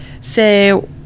say